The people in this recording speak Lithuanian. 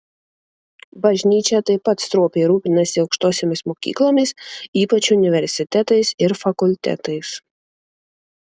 bažnyčia taip pat stropiai rūpinasi aukštosiomis mokyklomis ypač universitetais ir fakultetais